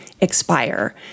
expire